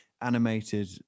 animated